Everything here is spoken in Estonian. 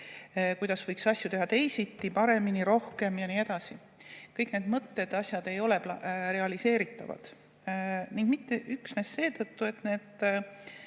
kuidas võiks asju teha teisiti, paremini, rohkem ja nii edasi. Kõik need mõtted ja asjad ei ole realiseeritavad. Mitte üksnes seetõttu, et need